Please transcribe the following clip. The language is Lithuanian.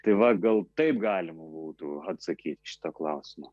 tai va gal taip galima būtų atsakyt į šitą klausimą